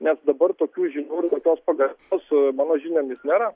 nes dabar tokių žinių ir tokios pagalbos mano žiniomis nėra